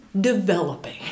developing